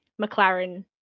McLaren